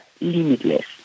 limitless